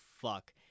fuck